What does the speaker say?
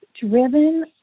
driven